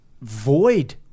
void